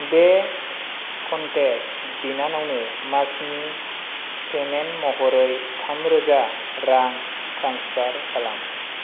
बे कन्टेक्ट बिनानावनो मार्चनि पेमेन्ट महरै थामरोजा रां ट्रेन्सफार खालाम